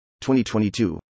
2022